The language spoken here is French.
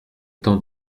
temps